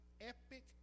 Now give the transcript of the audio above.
epic